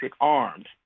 armed